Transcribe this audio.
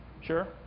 Sure